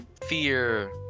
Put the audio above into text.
fear